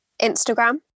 Instagram